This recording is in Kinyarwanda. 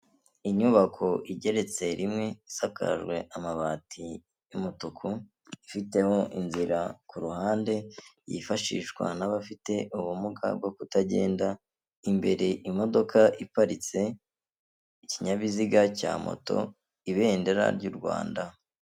Inyubako igeretse rimwe isakajwe amabati y'umutuku ifitemo inzira ku ruhande yifashishwa n'abafite ubumuga bwo kutagenda, imbere imodoka iparitse, ikinyabiziga cya moto, ibendera ry'u Rwanda.